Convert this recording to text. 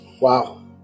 Wow